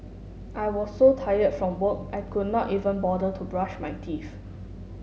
I was so tired from work I could not even bother to brush my teeth